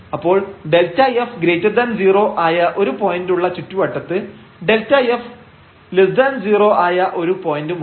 അപ്പോൾ Δf 0 ആയ ഒരു പോയന്റുള്ള ചുറ്റുവട്ടത്ത് Δf 0 ആയ ഒരു പോയന്റുമുണ്ട്